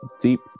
deep